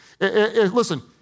Listen